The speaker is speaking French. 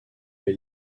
est